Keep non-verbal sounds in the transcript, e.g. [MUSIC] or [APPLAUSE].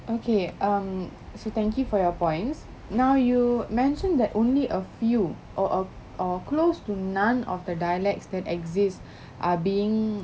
okay um so thank you for your points now you mentioned that only a few or or or close to none of the dialects that exist [BREATH] are being